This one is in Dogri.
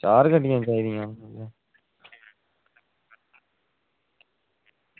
चार गड्डियां चाही दियां न